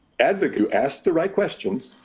advocate who asked the right questions,